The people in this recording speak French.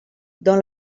dans